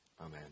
Amen